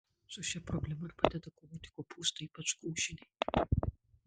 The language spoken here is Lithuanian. su šia problema ir padeda kovoti kopūstai ypač gūžiniai